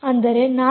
ಅಂದರೆ 4